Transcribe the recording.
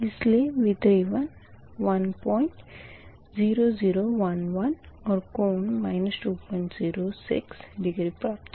इसलिए V31 10011 और कोण 206 डिग्री प्राप्त होगा